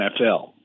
NFL